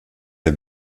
der